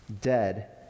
dead